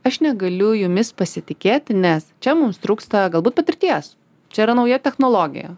aš negaliu jumis pasitikėti nes čia mums trūksta galbūt patirties čia yra nauja technologija